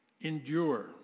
endure